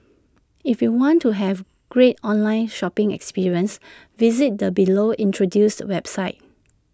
if you want to have great online shopping experiences visit the below introduced websites